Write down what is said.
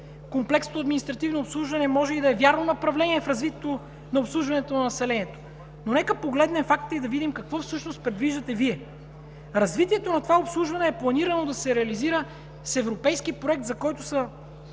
Комплексното административно обслужване може и да е вярно направление в развитието на обслужването на населението, но нека да погледнем фактите и да видим какво всъщност предвиждате Вие. Развитието на това обслужване е планирано да се реализира с европейски проект, за който